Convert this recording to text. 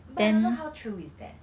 but don't know how true is that